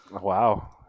Wow